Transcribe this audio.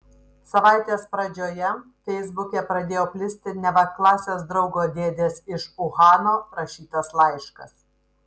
savaitės pradžioje feisbuke pradėjo plisti neva klasės draugo dėdės iš uhano rašytas laiškas